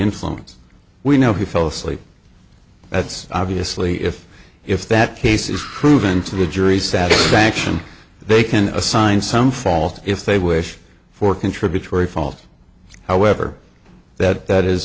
influence we know he fell asleep that's obviously if if that case is proven to the jury's satisfaction they can assign some fault if they wish for contributory fault however that that is